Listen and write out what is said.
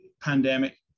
pandemic